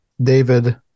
David